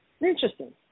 Interesting